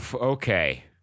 Okay